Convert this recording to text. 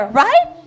right